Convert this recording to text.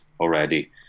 already